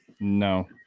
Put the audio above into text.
No